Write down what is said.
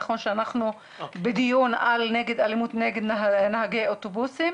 נכון שאנחנו בדיון על אלימות נגד נהגי אוטובוסים,